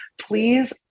please